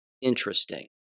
Interesting